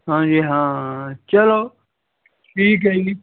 ਹਾਂਜੀ ਹਾਂ ਚਲੋ ਠੀਕ ਹੈ ਜੀ